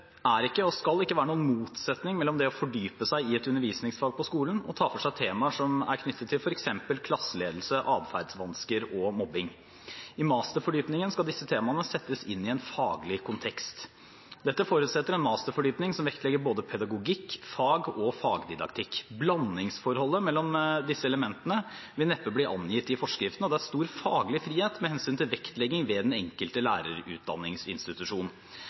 er ikke og skal ikke være noen motsetning mellom det å fordype seg i et undervisningsfag på skolen og ta for seg temaer som er knyttet til f.eks. klasseledelse, adferdsvansker og mobbing. I masterfordypningen skal disse temaene settes inn i en faglig kontekst. Dette forutsetter en masterfordypning som vektlegger både pedagogikk, fag og fagdidaktikk. Blandingsforholdet mellom disse elementene vil neppe bli angitt i forskriften, og det er stor faglig frihet med hensyn til vektlegging ved den enkelte lærerutdanningsinstitusjon.